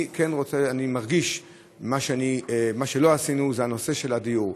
אני מרגיש שמה שלא עשינו זה הנושא של הדיור.